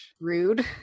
Rude